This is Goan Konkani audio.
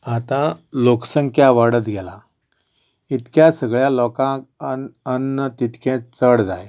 आतां लोकसंख्या वाडत गेल्या इतक्या सगळ्यां लोकांक अन्न तितकेंच चड जाय